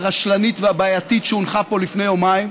הרשלנית והבעייתית שהונחה פה לפני יומיים,